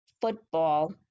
football